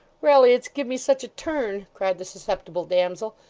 raly it's give me such a turn cried the susceptible damsel,